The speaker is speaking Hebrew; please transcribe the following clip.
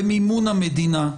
במימון המדינה,